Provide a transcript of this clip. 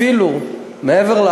אפילו מעבר,